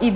i